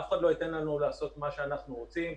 אף אחד לא ייתן לנו לעשות מה שאנחנו רוצים.